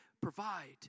provide